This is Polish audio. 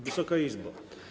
Wysoka Izbo!